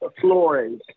Flores